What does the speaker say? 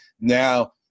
now